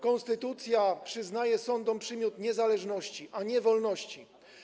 Konstytucja przyznaje sądom przymiot niezależności, a nie wolności.